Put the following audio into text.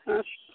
अच्छा